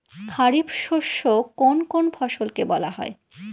খারিফ শস্য কোন কোন ফসলকে বলা হয়?